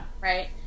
right